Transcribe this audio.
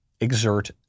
exert